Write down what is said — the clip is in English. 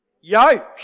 yoke